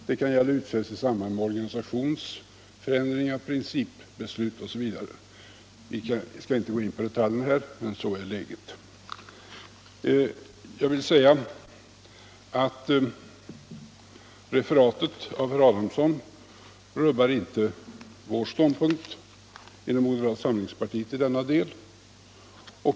Det kan gälla utfästelser i samband med organisationsförändringar, principbeslut osv. Vi skall inte gå in på detaljerna här, men så är läget. Jag vill säga att herr Adamssons referat rubbar inte vår ståndpunkt inom moderata samlingspartiet i denna del.